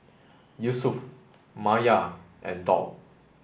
Yusuf Maya and Daud